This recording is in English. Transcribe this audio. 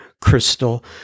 Crystal